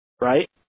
right